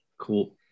Cool